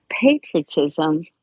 patriotism